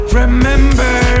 remember